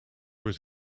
was